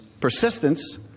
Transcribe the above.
persistence